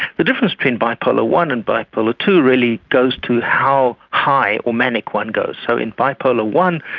the difference between bipolar one and bipolar two really goes to how high or manic one goes. so in bipolar one,